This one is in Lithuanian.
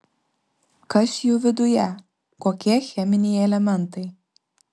kas jų viduje kokie cheminiai elementai